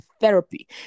therapy